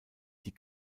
die